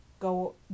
Go